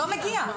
לא מגיע.